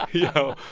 yo,